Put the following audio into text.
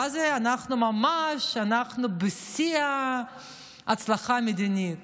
ואז אנחנו ממש בשיא ההצלחה המדינית: